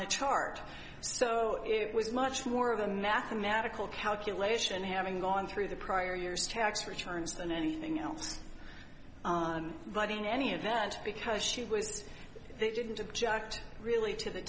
the chart so it was much more of a mathematical calculation having gone through the prior year's tax returns than anything else but in any event because she was didn't object really to the